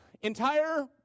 entire